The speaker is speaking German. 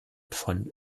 von